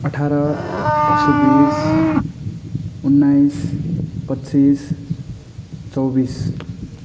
अठार एक सौ बिस उन्नाइस पच्चिस चौबिस